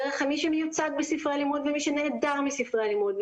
דרך מי שמיוצג בספרי הלימוד ומי שנעדר מספרי הלימוד,